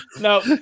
No